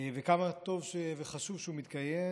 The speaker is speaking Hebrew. וכמה טוב וחשוב שהוא מתקיים,